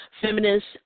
feminists